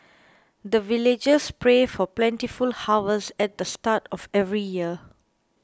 the villagers pray for plentiful harvest at the start of every year